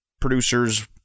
producers